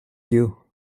you